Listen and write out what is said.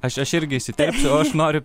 aš aš irgi įsiterpsiu o aš noriu